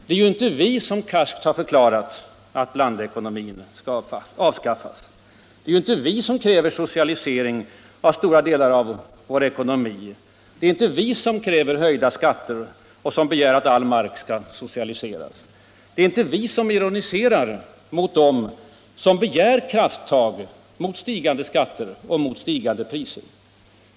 Det är ju inte vi som karskt har förklarat att blandekonomin skall avskaffas. Det är inte vi som kräver socialisering av stora delar av vår ekonomi. Det är inte vi som kräver höjda skatter och som begär att all mark skall socialiseras. Det är inte vi som ironiserar mot dem som begär krafttag mot stigande skatter och mot stigande priser.